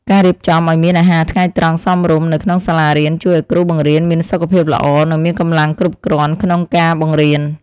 ការរៀបចំឱ្យមានអាហារថ្ងៃត្រង់សមរម្យនៅក្នុងសាលារៀនជួយឱ្យគ្រូបង្រៀនមានសុខភាពល្អនិងមានកម្លាំងគ្រប់គ្រាន់ក្នុងការបង្រៀន។